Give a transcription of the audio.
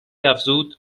افزود